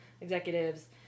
executives